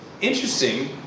interesting